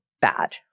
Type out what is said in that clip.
bad